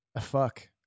Fuck